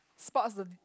spots the